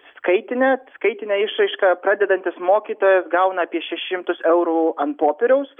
skaitinė skaitine išraiška pradedantis mokytojas gauna apie šešis šimtus eurų ant popieriaus